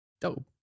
Dope